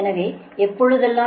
எனவே VR இணைப்பில் S இணைக்கிறது